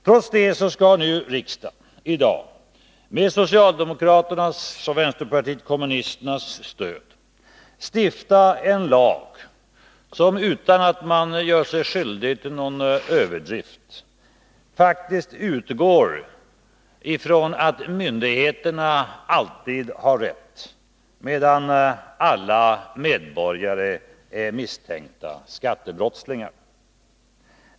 Trots det skall riksdagen i dag, med socialdemokraternas och vänsterpartiet kommunisternas stöd, stifta en lag som utan att man gör sig skyldig till någon överdrift faktiskt utgår ifrån att myndigheterna alltid har rätt, medan alla medborgare är misstänkta skattebrottslingar.